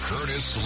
Curtis